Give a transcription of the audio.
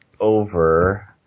over